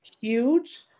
huge